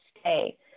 stay